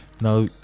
Now